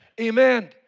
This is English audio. Amen